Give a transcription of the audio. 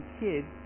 kids